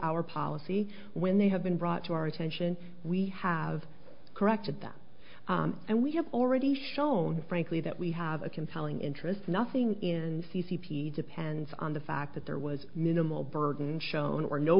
our policy when they have been brought to our attention we have corrected that and we have already shown frankly that we have a compelling interest nothing in c c p depends on the fact that there was minimal burden shown or no